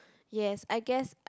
yes I guess